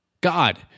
God